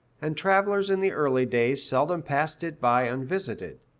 and travelers in the early day seldom passed it by unvisited.